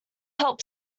help